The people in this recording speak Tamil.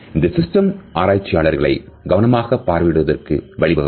இந்த சிஸ்டம் ஆராய்ச்சியாளர்களை கவனமாக பார்வையிடுவதற்கு வழிவகுக்கும்